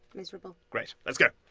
miserable. great. let's go.